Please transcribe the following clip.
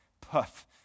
puff